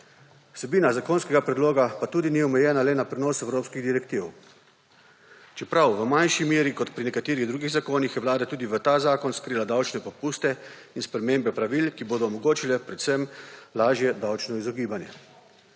Vsebina zakonskega predloga pa tudi ni omejena le na prenos evropskih direktiv. Čeprav v manjši meri, kot pri nekaterih drugih zakonih, je Vlada tudi v ta zakon skrila davčne popuste in spremembe pravil, ki bodo omogočile predvsem lažje davčno izogibanje.